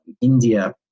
India